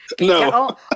No